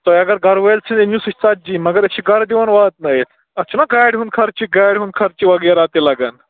تۄہہِ اَگر گرٕ وٲلۍ چھِ أنۍمٕتۍ سُہ چھِ ژَتجی مَگر أسۍ چھِ گَرٕ دِوان واتنٲوِتھ اَتھ چھُنہ گاڑِ ہُنٛد خرچہِ گاڑِ ہُنٛد خرچہِ وغیرہ تہِ لگان